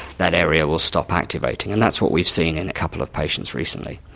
that area will stop activating. and that's what we've seen in a couple of patients recently.